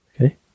Okay